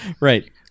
Right